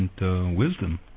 wisdom